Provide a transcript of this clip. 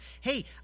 Hey